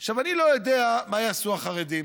אני לא יודע מה יעשו החרדים.